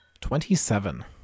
Twenty-seven